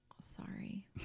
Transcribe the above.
Sorry